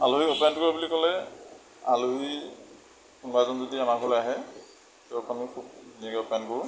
আলহীক আপ্যায়ন কৰিব বুলি ক'লে আলহী কোনোবা এজন যদি আমাৰ ঘৰলৈ আহে তেওঁক আমি খুব ধুনীয়াকৈ আপ্যায়ন কৰোঁ